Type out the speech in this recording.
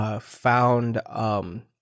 found